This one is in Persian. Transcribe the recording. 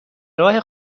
راه